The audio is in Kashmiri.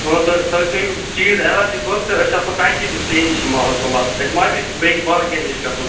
مان ژٕ تُہۍ تھٲیو چیٖز ایٚوَلیبٕل تہٕ أسۍ آسو کۄنٹِنِو ژےٚ نِشی مال تُلان اسہِ ما پیٚے بیٚکہِ باقِیَن نِش گژھُن